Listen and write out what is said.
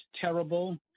terrible